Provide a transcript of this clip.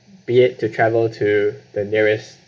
be it to travel to the nearest